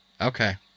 Okay